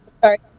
Sorry